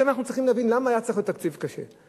עכשיו אנחנו צריכים להבין למה היה צריך להיות תקציב קשה.